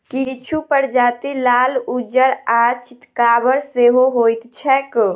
किछु प्रजाति लाल, उज्जर आ चितकाबर सेहो होइत छैक